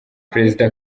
perezida